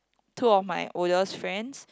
two of my oldest friends